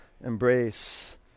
embrace